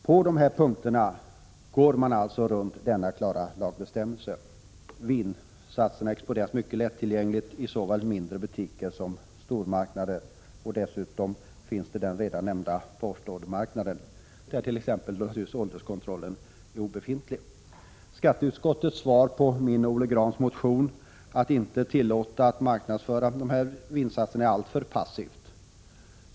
På dessa punkter går man alltså runt denna klara lagbestämmelse. Vinsatserna exponeras mycket lättillgängligt i såväl mindre butiker som stormarknader. Dessutom förekommer den redan nämnda stora postordermarknaden där ålderskontrollen torde vara obefintlig. Skatteutskottets svar på min och Olle Grahns motion, att inte tillåta marknadsföring av dessa vinsatser, är alltför passivt.